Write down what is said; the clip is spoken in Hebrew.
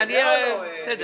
לא אתה אלא מי שהיה כאן.